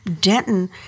Denton